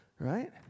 right